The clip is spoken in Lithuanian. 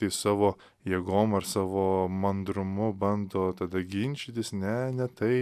tai savo jėgom ar savo mandrumu bando tada ginčytis ne ne tai